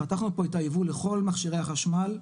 פתחנו פה הייבוא לכל מכשירי החשמל,